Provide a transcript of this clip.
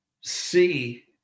see